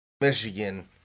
Michigan